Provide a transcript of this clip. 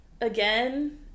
again